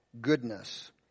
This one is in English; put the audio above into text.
goodness